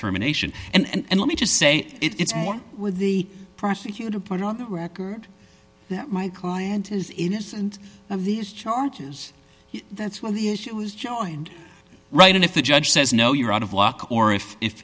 terminations and let me just say it's more with the prosecutor put on the record that my client is innocent of these charges that's what the issue is joined right and if the judge says no you're out of luck or if if